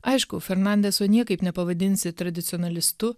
aišku fernandeso niekaip nepavadinsi tradicionalistu